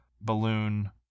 Balloon